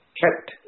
kept